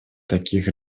таких